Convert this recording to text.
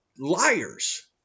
liars